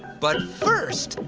but first,